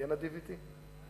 תהיה נדיב אתי?